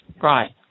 right